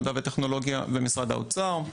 המדע והטכנולוגיה ומשרד האוצר.